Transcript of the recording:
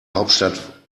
hauptstadt